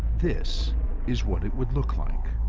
this is what it would look like